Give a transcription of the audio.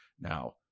Now